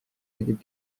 tekib